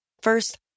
First